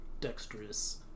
dexterous